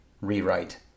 rewrite